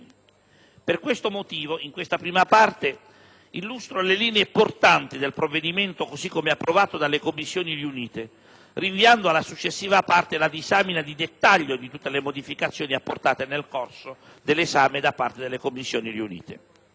Per questo motivo, in questa prima parte illustro le linee portanti del provvedimento così come approvato dalle Commissioni riunite, rinviando alla successiva parte la disamina di dettaglio di tutte le modificazioni apportate nel corso dell'esame da parte delle Commissioni riunite.